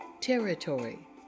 Territory